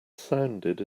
sounded